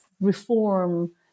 reform